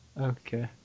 Okay